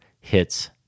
hits